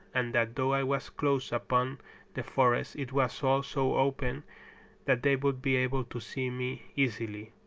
and that though i was close upon the forest it was all so open that they would be able to see me easily,